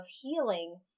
healing